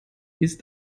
ist